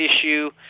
issue